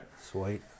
Sweet